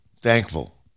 Thankful